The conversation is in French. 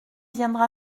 viendra